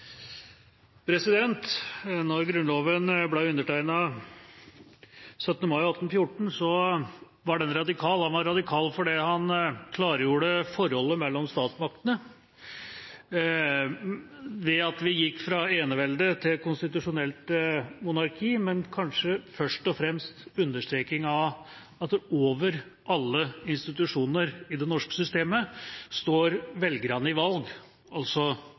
Grunnloven ble undertegnet 17. mai 1814, var den radikal. Den var radikal fordi den klargjorde forholdet mellom statsmaktene ved at vi gikk fra enevelde til konstitusjonelt monarki, men kanskje først og fremst understreking av at over alle institusjoner i det norske systemet står velgerne i valg, altså